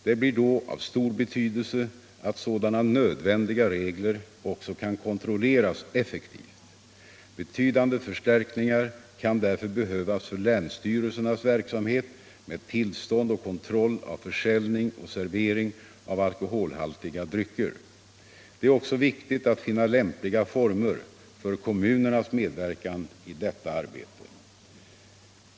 Det blir då av stor betydelse att sådana nödvändiga regler också kan kontrolleras effektivt. Betydande förstärkningar kan därför behövas för länsstyrelsernas verksamhet med tillstånd och kontroll av försäljning och servering av alkoholhaltiga drycker. Det är också viktigt att finna lämpliga former för kommunernas medverkan i detta arbete.